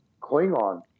Klingon